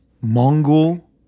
Mongol